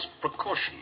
precaution